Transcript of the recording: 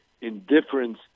indifference